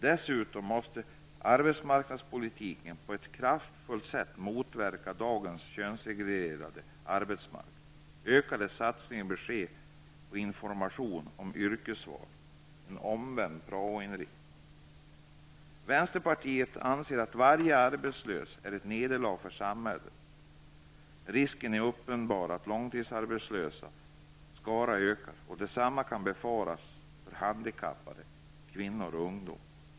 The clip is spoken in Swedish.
Dessutom skall man i arbetsmarknadspolitiken på ett kraftfullt sätt motverka dagens könssegregerade arbetsmarknad. Ökade satsningar bör ske i informationen om yrkesval, en omvänd ''prao-inriktning'' m.m. Vänsterpartiet anser att varje arbetslös är ett nederlag för samhället. Risken är uppenbar att de långtidsarbetslösas skara ökar. Även för handikappade, kvinnor och ungdomar kan en ökning av långtidsarbetslösheten befaras.